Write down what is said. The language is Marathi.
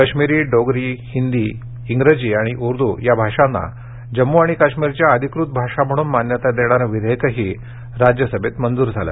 काश्मीरी डोगरी हिन्दी इंग्रेजी आणि उर्दू या भाषांना जम्मूकाश्मीरच्या अधिकृत भाषा म्हणून मान्यता देणारं विधेयकही राज्यसभेत मंजूर झालं